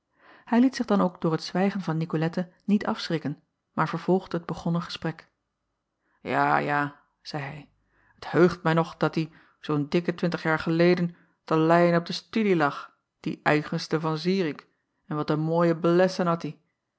ij liet zich dan ook door het zwijgen van icolette niet afschrikken maar vervolgde het begonnen gesprek a ja zeî hij t heugt mij nog dattie zoo n dikke twintig jaar geleden te eyen op de studie lag die eigenste an irik en wat een mooie blessen had ie